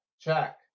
Check